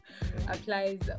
applies